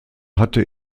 hatte